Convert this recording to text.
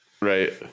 Right